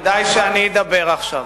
כדאי שאני אדבר עכשיו.